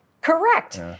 Correct